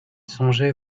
songeait